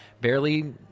barely